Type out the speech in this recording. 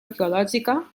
arqueològica